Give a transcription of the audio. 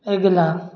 अगिला